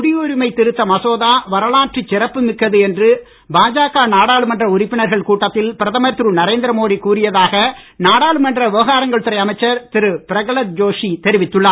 குடியுரிமை திருத்த மசோதா வரலாற்றுச் சிறப்பு மிக்கது என்று பாஜக நாடாளுமன்ற உறுப்பினர்கள் கூட்டத்தில் பிரதமர் திரு நரேந்திர மோடி கூறியதாக நாடாளுமன்ற விவகாரங்கள் துறை அமைச்சர் திரு பிரகலாத் ஜோஷி தெரிவித்துள்ளார்